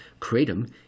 kratom